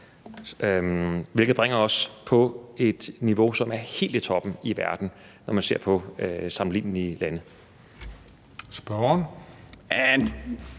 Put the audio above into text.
hvilket bringer os op på et niveau, som er helt i toppen i verden, når man ser på sammenlignelige lande. Kl.